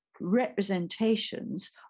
representations